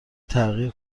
تغییر